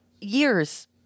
years